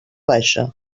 baixa